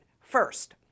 First